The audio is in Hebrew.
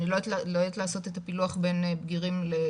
אני לא יודעת לעשות את הפילוח בין בגירים לקטינים,